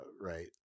right